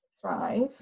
Thrive